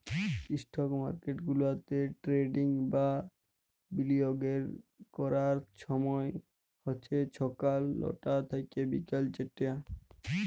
stock market গুলাতে trading বা বিলিয়গের ক্যরার ছময় হছে ছকাল লটা থ্যাইকে বিকাল চারটা